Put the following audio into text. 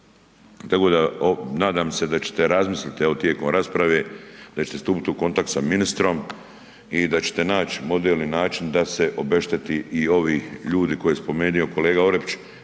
tako da nadam se da ćete razmisliti, evo, tijekom rasprave, da ćete stupiti u kontakt sa ministrom i da ćete naći model i način da se obešteti i ovi ljudi koje je spomenuo kolega Orepić,